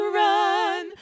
run